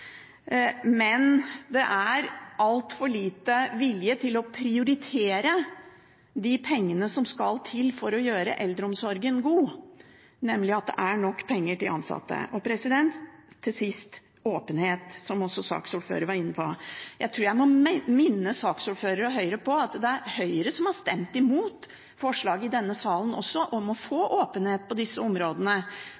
men det er altfor liten vilje til å prioritere de pengene som skal til for å gjøre eldreomsorgen god, nemlig nok penger til ansatte. Til sist, åpenhet, som også saksordføreren var inne på. Jeg tror jeg må minne saksordføreren og Høyre på at det er Høyre som har stemt imot forslag i denne salen også om å få